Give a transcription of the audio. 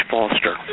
Foster